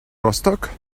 rostock